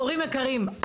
הורים יקרים,